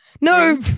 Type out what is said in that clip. No